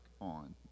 on